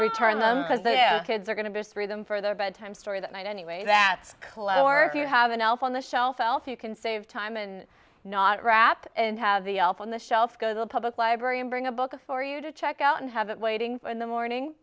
return them as the kids are going to through them for their bedtime story that night anyway that kolo or you have an elf on the shelf elf you can save time and not wrap and have the elf on the shelf go to the public library and bring a book a for you to check out and have it waiting in the morning